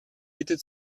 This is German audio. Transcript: bitte